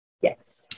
Yes